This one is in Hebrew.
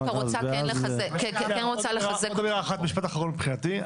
עוד משפט אחד אחרון מבחינתי.